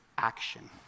action